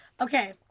Okay